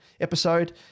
episode